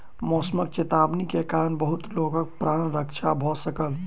मौसमक चेतावनी के कारण बहुत लोकक प्राण रक्षा भ सकल